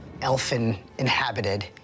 elfin-inhabited